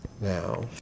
now